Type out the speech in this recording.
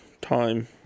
time